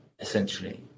Essentially